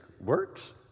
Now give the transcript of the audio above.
works